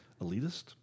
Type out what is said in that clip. elitist